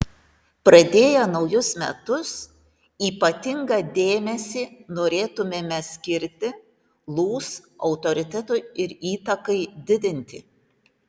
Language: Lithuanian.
pradėję naujus metus ypatingą dėmesį norėtumėme skirti lūs autoritetui ir įtakai didinti